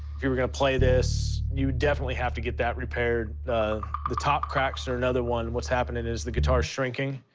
if you were going to play this, you would definitely have to get that repaired. the the top cracks are another one. what's happening is the guitar is shrinking,